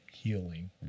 Healing